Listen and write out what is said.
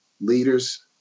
leaders